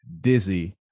dizzy